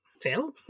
Phil